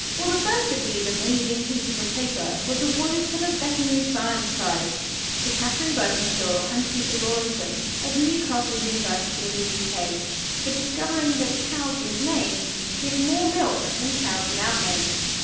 well the first of these amazing pieces of paper was awarded for the veterinary science prize to catherine burtenshaw and peter rawlinson of newcastle university in the yeah uk, for discovering that cows with names give more milk than cows without names.